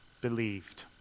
believed